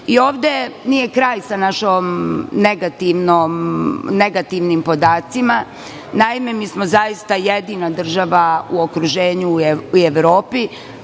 Ovde nije kraj sa našim negativnim podacima. Naime, mi smo zaista jedina država u okruženju i u Evropi